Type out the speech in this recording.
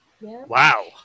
Wow